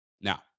Now